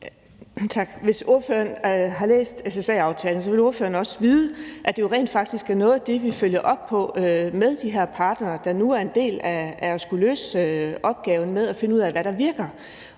Hvis ordføreren har læst SSA-aftalen, vil ordføreren også vide, at det jo rent faktisk er noget af det, vi følger op på med de her partnere, der nu er en del af at skulle løse opgaven med at finde ud af, hvad der virker.